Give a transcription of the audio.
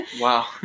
Wow